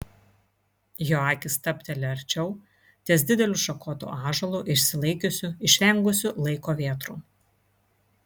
jo akys stabteli arčiau ties dideliu šakotu ąžuolu išsilaikiusiu išvengusiu laiko vėtrų